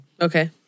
Okay